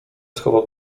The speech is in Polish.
schował